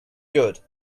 good